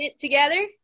together